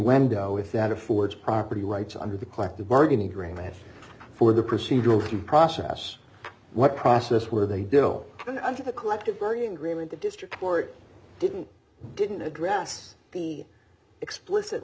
window with that affords property rights under the collective bargaining agreement for the procedural to process what process where they don't and i think the collective bargaining agreement the district court didn't didn't address the explicit